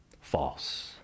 False